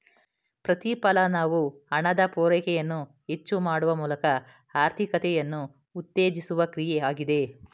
ಪ್ರತಿಫಲನವು ಹಣದ ಪೂರೈಕೆಯನ್ನು ಹೆಚ್ಚು ಮಾಡುವ ಮೂಲಕ ಆರ್ಥಿಕತೆಯನ್ನು ಉತ್ತೇಜಿಸುವ ಕ್ರಿಯೆ ಆಗಿದೆ